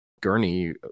gurney